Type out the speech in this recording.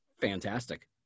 fantastic